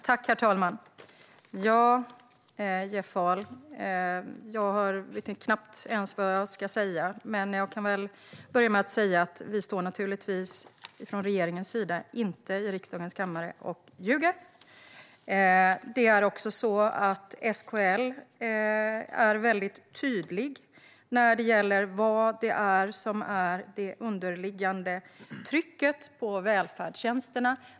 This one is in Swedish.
Herr talman! Jag vet knappt vad jag ska säga, Jeff Ahl, men jag börjar med att säga att vi från regeringens sida inte står i riksdagens kammare och ljuger. SKL är tydligt med vad som är det underliggande trycket på välfärdstjänsterna.